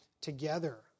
together